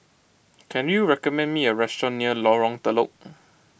can you recommend me a restaurant near Lorong Telok